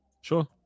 Sure